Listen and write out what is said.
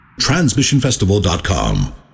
Transmissionfestival.com